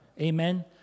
Amen